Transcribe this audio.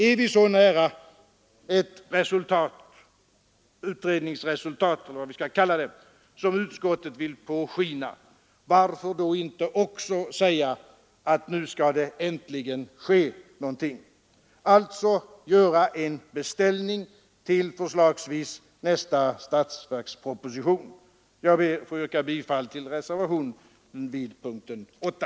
Är vi så nära ett utredningsresultat som utskottet vill påskina, varför då inte också säga att nu skall det äntligen ske någonting — alltså göra en beställning till förslagsvis nästa statsverksproposition. Jag ber att få yrka bifall till reservationen 2 vid punkten 8.